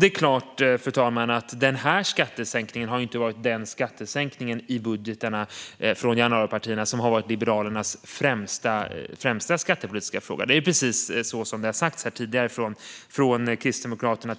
Det är klart att den här skattesänkningen inte har varit den skattesänkning i budgetarna från januaripartierna som har varit Liberalernas främsta skattepolitiska fråga. Precis som det har sagts här tidigare från till exempel Kristdemokraterna